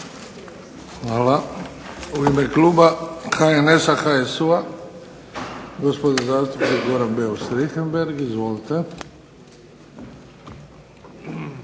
Hvala. U ime kluba HNS-a, HSU-a gospodin zastupnik Goran Beus Richembergh. Izvolite.